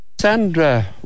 Sandra